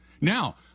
Now